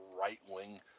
right-wing